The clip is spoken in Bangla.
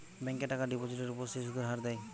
ব্যাংকে টাকার ডিপোজিটের উপর যে সুদের হার হয়